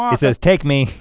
um says take me.